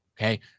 okay